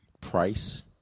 price